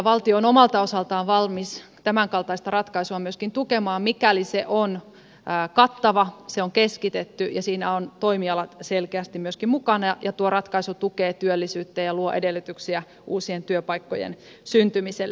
valtio on omalta osaltaan valmis tämänkaltaista ratkaisua myöskin tukemaan mikäli se on kattava se on keskitetty ja siinä ovat toimialat selkeästi myöskin mukana ja tuo ratkaisu tukee työllisyyttä ja luo edellytyksiä uusien työpaikkojen syntymiselle